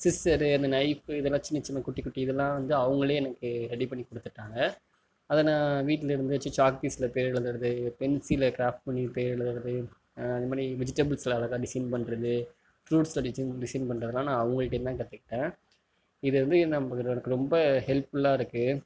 scissor அந்த knife இதெல்லாம் சின்ன சின்ன குட்டி குட்டி இதெல்லாம் வந்து அவங்களே எனக்கு ரெடி பண்ணிக்கொடுத்துட்டாங்க அதை நான் வீட்லருந்து வச்சு சாக்பீஸில் பேர் எழுதுறது பென்சிலில் கிராஃப்ட் பண்ணி பேர் எழுதுகிறது இதமாதிரி விஜிடபுள்ஸில் அழகாக டிசைன் பண்ணுறது ஃப்ரூட்ஸில் டிசைன் டிசைன் பண்ணுறதெல்லாம் நான் அவங்கள்டேருந்து தான் கற்றுக்கிட்டேன் இதை வந்து எனக்கு ரொம்ப ஹெல்ஃபுல்லாக இருக்கு